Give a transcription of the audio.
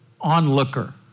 onlooker